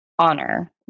honor